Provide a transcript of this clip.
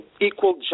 equal